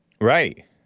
Right